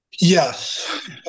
Yes